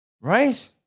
Right